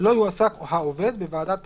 לא יועסק העובד בוועדת בחירות,